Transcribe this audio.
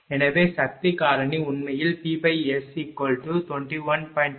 எனவே சக்தி காரணி உண்மையில் PsS21